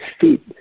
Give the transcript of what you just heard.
feet